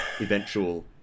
eventual